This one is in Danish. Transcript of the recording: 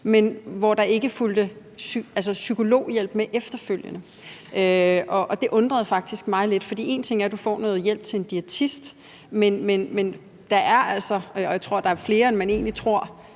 men hvor der ikke fulgte psykologhjælp med efterfølgende. Det undrede mig faktisk lidt, for én ting er, at du får noget hjælp til en diætist, men der er altså nogle – og jeg tror, det er flere, end man egentlig tror